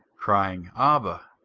crying, abba,